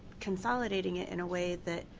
consolidating it in a way that